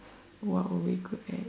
what were we good at